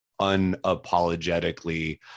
unapologetically